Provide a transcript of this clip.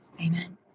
Amen